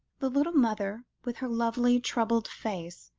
the little mother, with her lovely, troubled face,